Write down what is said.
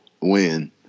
win